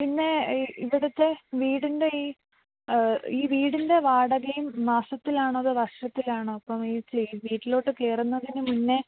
പിന്നെ ഈ ഇവിടുത്തെ വീടിൻ്റെ ഈ ഈ വീടിൻ്റെ വാടകയും മാസത്തിലാണോ അതോ വർഷത്തിലാണോ അപ്പോൾ ഈ വീട്ടിലോട്ട് കയറുന്നതിന് മുന്നേ